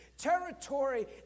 territory